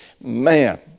man